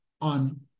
on